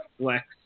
flex